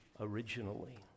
originally